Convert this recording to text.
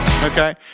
Okay